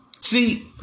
See